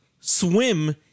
swim